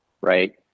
right